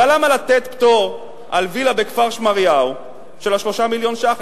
אבל למה לתת פטור על וילה בכפר-שמריהו של 3 מיליון ש"ח?